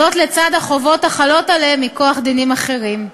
זאת, לצד החובות החלות עליהם מכוח דינים אחרים.